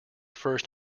first